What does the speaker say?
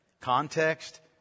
Context